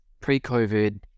pre-COVID